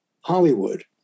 Hollywood